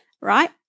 Right